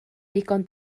ddigon